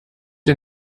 dir